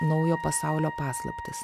naujo pasaulio paslaptis